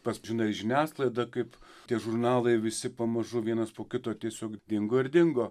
pats žinai žiniasklaida kaip tie žurnalai visi pamažu vienas po kito tiesiog dingo ir dingo